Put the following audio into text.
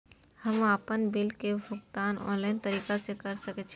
हम आपन बिल के भुगतान ऑनलाइन तरीका से कर सके छी?